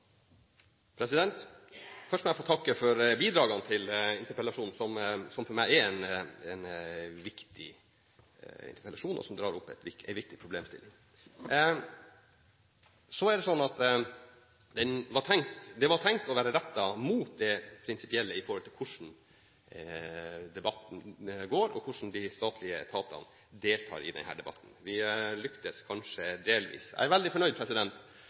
Først må jeg få takke for bidragene til interpellasjonen, som for meg er en viktig interpellasjon, og som drar opp en viktig problemstilling. Den var tenkt rettet mot det prinsipielle i forhold til hvordan debatten går, og hvordan de statlige etatene deltar i denne debatten. Vi lyktes kanskje delvis. Jeg er veldig fornøyd